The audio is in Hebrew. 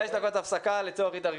בשעה